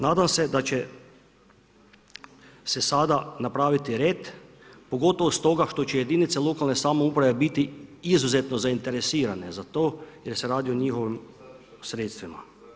Nadam se da će se sada napraviti red pogotovo stoga što će jedinice lokalne samouprave biti izuzetno zainteresirane za to jer se radi o njihovim sredstvima.